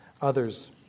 others